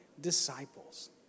disciples